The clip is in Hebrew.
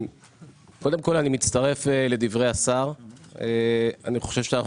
קודם כל אני מצטרף לדברי השר אני חושב שאנחנו